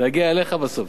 זה יגיע אליך בסוף,